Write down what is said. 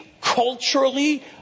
culturally